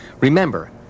Remember